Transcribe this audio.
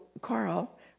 Carl